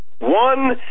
one